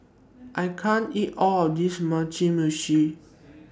I can't eat All of This Mugi Meshi